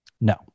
No